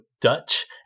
Dutch